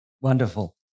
Wonderful